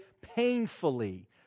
painfully